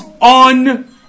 on